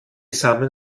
samen